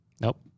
Nope